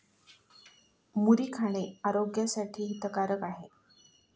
मुरी खाणे आरोग्यासाठी हितकारक आहे